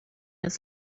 his